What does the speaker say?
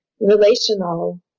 relational